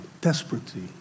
desperately